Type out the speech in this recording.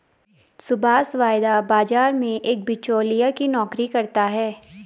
सुभाष वायदा बाजार में एक बीचोलिया की नौकरी करता है